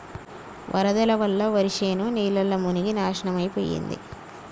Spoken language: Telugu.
వరదల వల్ల వరిశేను నీళ్లల్ల మునిగి నాశనమైపోయింది